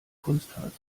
kunstharz